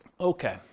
Okay